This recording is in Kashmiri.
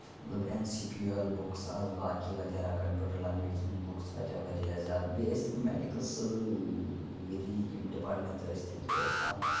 مطلب N C P L books آسہٕ باقٕے وغیرہ کَمپوٗٹر لینگویجن ہنٛز بُکٕس واریاہ واریاہ زیادٕ بیٚیہِ ٲسۍ تِم میڈِکَل سٲری یِم ڈِپارٹمیٚنٹ ٲسۍ تِم تہِ ٲسۍ آمٕژ